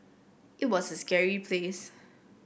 it was a scary place